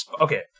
Okay